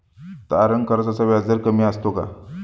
तारण कर्जाचा व्याजदर कमी असतो का?